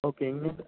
okay ഇങ്ങോട്ട്